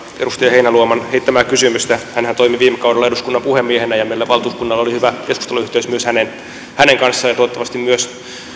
edustaja heinäluoman heittämää kysymystä hänhän toimi viime kaudella eduskunnan puhemiehenä ja meillä valtuuskunnalla oli hyvä keskusteluyhteys myös hänen kanssaan toivottavasti myös